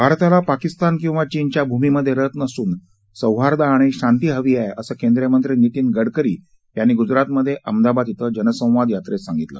भारताला पाकिस्तान किंवा चीनच्या भूमीमधे रस नसून सौहार्द आणि शांती हवी आहे असं केंद्रीय मंत्री नितीन गडकरी यांनी गुजरातमधे अहमदाबाद ी जनसंवाद यात्रेत सांगितलं